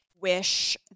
wish